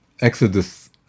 Exodus